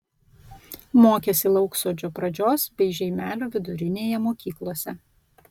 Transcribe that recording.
mokėsi lauksodžio pradžios bei žeimelio vidurinėje mokyklose